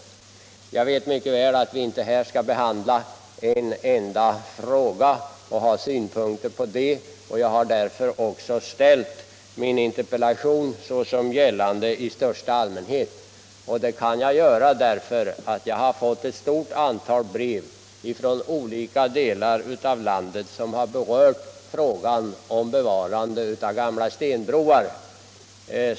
Jag vet mycket väl att vi inte här i riksdagen skall behandla och ha synpunkter på ett enda konkret fall, och jag har därför formulerat min interpellation allmänt. Det kan jag göra därför att jag har fått ett stort antal brev från olika delar av landet där man berör frågan om bevarande av gamla stenbroar.